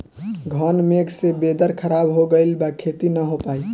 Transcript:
घन मेघ से वेदर ख़राब हो गइल बा खेती न हो पाई